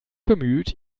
bemüht